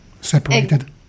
separated